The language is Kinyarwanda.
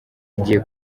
igiye